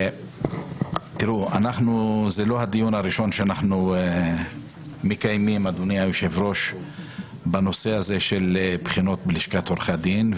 זה לא הדיון הראשון שאנחנו מקיימים בנושא של בחינות לשכת עורכי הדין.